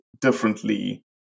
differently